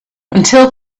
until